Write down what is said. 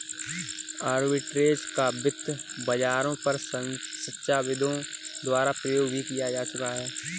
arbitrage का वित्त बाजारों पर शिक्षाविदों द्वारा प्रयोग भी किया जा चुका है